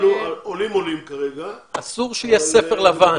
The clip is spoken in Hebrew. ועולים עולים כרגע --- אסור שיהיה ספר לבן בגלל קורונה.